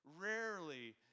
rarely